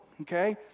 Okay